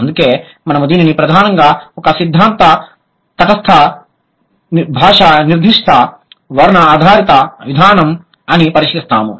అందుకే మనము దీనిని ప్రధానంగా ఒక సిద్ధాంతం తటస్థ భాష నిర్దిష్ట వర్ణన ఆధారిత విధానం అని పరిశీలిస్తాము